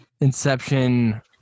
Inception